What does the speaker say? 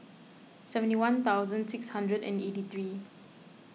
seventy one thousand six hundred and eighty three